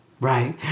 Right